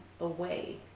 away